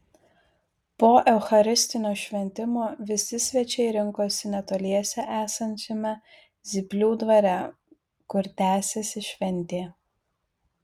po eucharistinio šventimo visi svečiai rinkosi netoliese esančiame zyplių dvare kur tęsėsi šventė